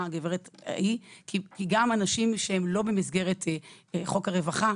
כי גם אנשים שהם לא במסגרת חוק הרווחה,